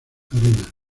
arena